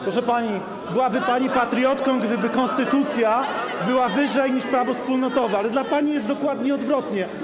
Proszę pani, byłaby pani patriotką, gdyby konstytucja była wyżej niż prawo wspólnotowe, ale dla pani jest dokładnie odwrotnie.